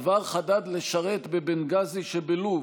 עבר חדד לשרת בבנגאזי שבלוב,